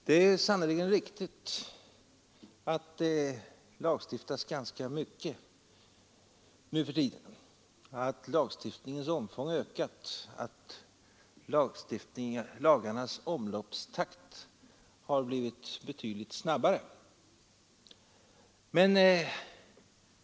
Det är sannerligen riktigt att det lagstiftas ganska mycket nu för tiden, att lagstiftningens omfång ökar och att lagarnas omloppstakt har blivit betydligt snabbare.